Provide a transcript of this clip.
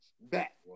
back